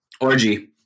orgy